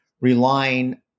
relying